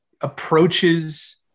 approaches